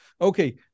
Okay